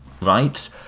right